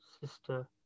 sister